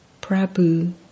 Prabhu